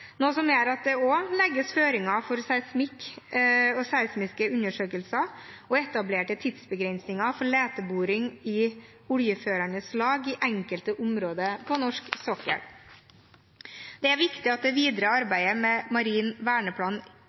noe som gjør at det også legges føringer for seismikk og seismiske undersøkelser, og at det er etablert tidsbegrensninger for leteboring i oljeførende lag i enkelte områder på norsk sokkel. Det er viktig at det videre arbeidet med marin verneplan